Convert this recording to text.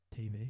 TV